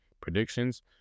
predictions